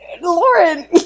Lauren